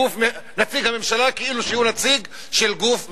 נציג הממשלה כאילו הוא נציג של גוף מחאה.